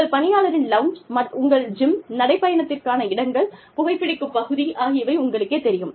உங்கள் பணியாளரின் லவுஞ்ச் உங்கள் ஜிம் நடைப்பயணத்திற்கான இடங்கள் புகைபிடிக்கும் பகுதி ஆகியவை உங்களுக்கே தெரியும்